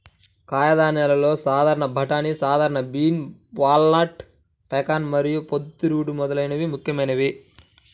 కాయధాన్యాలలో సాధారణ బఠానీ, సాధారణ బీన్, వాల్నట్, పెకాన్ మరియు పొద్దుతిరుగుడు మొదలైనవి ముఖ్యమైనవి